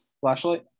Flashlight